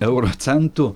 euro centų